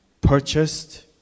purchased